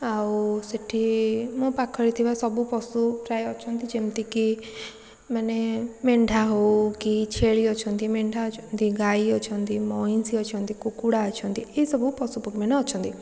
ଆଉ ସେଇଠି ମୋ ପାଖରେ ଥିବା ସବୁ ପଶୁ ପ୍ରାୟ ଅଛନ୍ତି ଯେମିତିକି ମାନେ ମେଣ୍ଢା ହେଉ କି ଛେଳି ଅଛନ୍ତି ମେଣ୍ଢା ଅଛନ୍ତି ଗାଈ ଅଛନ୍ତି ମଇଁଷି ଅଛନ୍ତି କୁକୁଡ଼ା ଅଛନ୍ତି ଏଇସବୁ ପଶୁପକ୍ଷୀମାନେ ଅଛନ୍ତି